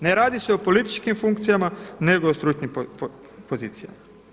Ne radi se o političkim funkcijama, nego o stručnim pozicijama.